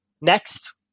Next